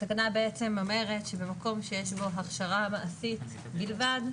התקנה אומרת שבמקום שיש בו הכשרה מעשית בלבד,